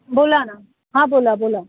बोला ना हा बोला बोला